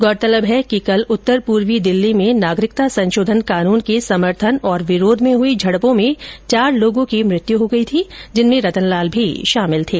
गौरतलब है कि कल उत्तर पूर्वी दिल्ली में नागरिकता संशोधन कानून के समर्थन और विरोध में हुई झड़पों में चार लोगों की मृत्यु हो गई थी जिनमें रतन लाल शामिल थे